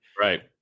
Right